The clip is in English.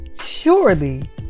Surely